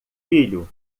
filho